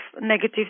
negative